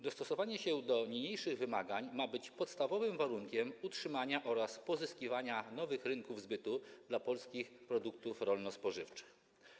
Dostosowanie się do niniejszych wymagań ma być podstawowym warunkiem utrzymania oraz pozyskiwania nowych rynków zbytu dla polskich produktów rolno-spożywczych.